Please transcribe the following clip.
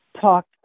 talk